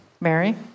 Mary